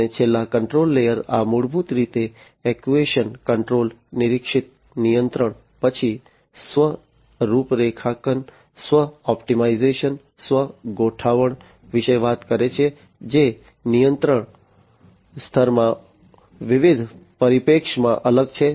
અને છેલ્લે control layer આ મૂળભૂત રીતે એક્ટ્યુએશન કંટ્રોલ નિરીક્ષિત નિયંત્રણ પછી સ્વ રૂપરેખાંકન સ્વ ઑપ્ટિમાઇઝેશન સ્વ ગોઠવણ વિશે વાત કરે છે જે નિયંત્રણ સ્તરમાં વિવિધ પરિપ્રેક્ષ્યોમાં અલગ છે